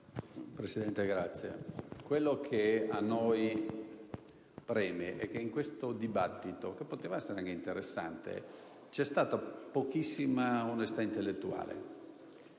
Presidente, ciò che a noi preme è che in questo dibattito, che poteva anche essere interessante, vi è stata pochissima onestà intellettuale.